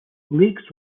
lakes